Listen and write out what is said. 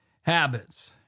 habits